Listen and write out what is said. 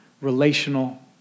relational